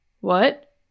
What